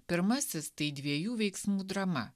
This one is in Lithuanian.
pirmasis tai dviejų veiksmų drama